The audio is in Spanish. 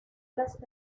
las